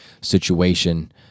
situation